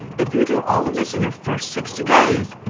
if you do all of this in your first sixty days,